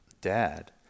dad